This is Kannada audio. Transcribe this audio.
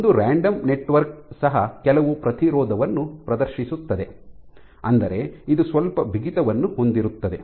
ಒಂದು ರಾಂಡಮ್ ನೆಟ್ವರ್ಕ್ ಸಹ ಕೆಲವು ಪ್ರತಿರೋಧವನ್ನು ಪ್ರದರ್ಶಿಸುತ್ತದೆ ಅಂದರೆ ಇದು ಸ್ವಲ್ಪ ಬಿಗಿತವನ್ನು ಹೊಂದಿರುತ್ತದೆ